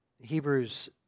Hebrews